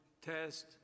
test